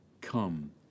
Come